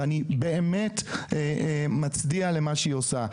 ואני באמת מצדיע למה שהיא עושה.